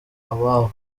ababo